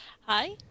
Hi